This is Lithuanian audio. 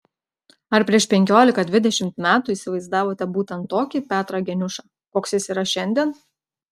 ar prieš penkiolika dvidešimt metų įsivaizdavote būtent tokį petrą geniušą koks jis yra šiandien